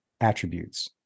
attributes